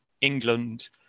England